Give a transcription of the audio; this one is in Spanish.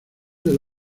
del